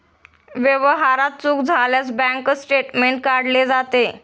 व्यवहारात चूक झाल्यास बँक स्टेटमेंट काढले जाते